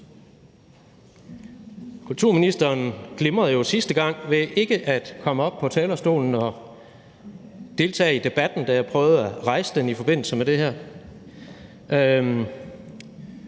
Kulturministeren glimrede jo sidste gang ved ikke at komme op på talerstolen og deltage i debatten, da jeg prøvede at rejse den i forbindelse med det her,